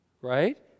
right